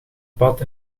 bad